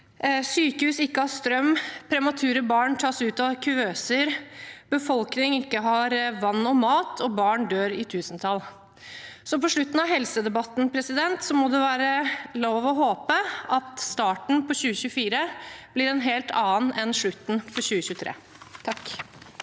sykehus ikke har strøm, premature barn tas ut av kuvøser, befolkning ikke har vann og mat, og barn dør i tusentall. Så på slutten av helsedebatten må det være lov å håpe at starten på 2024 blir en helt annen enn slutten på 2023. Siv